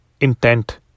intent